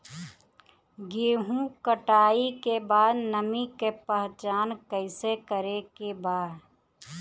गेहूं कटाई के बाद नमी के पहचान कैसे करेके बा?